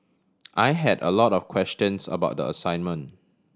I had a lot of questions about the assignment